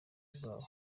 bwabo